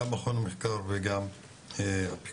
גם מכון המחקר וגם הפיקוח.